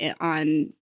on